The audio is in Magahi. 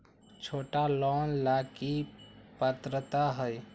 छोटा लोन ला की पात्रता है?